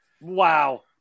wow